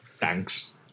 Thanks